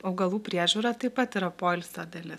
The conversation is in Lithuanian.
augalų priežiūra taip pat yra poilsio dalis